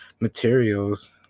materials